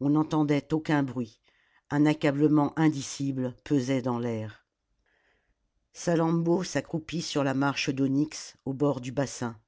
on n'entendait aucun bruit un accablement indicible pesait dans l'air salammbô s'accroupit sur la marche d'onyx au bord du bassin